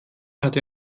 hatte